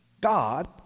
God